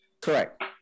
Correct